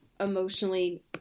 emotionally